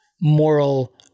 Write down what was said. moral